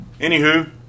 anywho